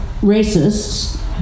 racists